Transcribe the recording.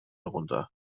herunter